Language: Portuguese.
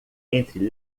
entre